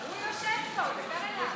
הוא יושב פה, דבר אליו.